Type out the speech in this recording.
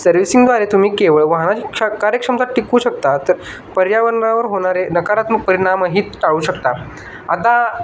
सर्व्हिसिंगद्वारे तुम्ही केवळ वाहना क्ष कार्यक्षमता टिकवू शकता तर पर्यावरणावर होणारे नकारात्मक परिणाम ही टाळू शकता आता